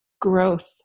growth